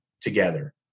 together